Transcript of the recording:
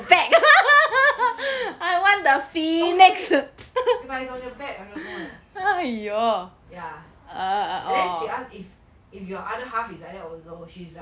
oh wait but if it's on the back I don't know eh ya and then she ask if if your other half is like that also she is like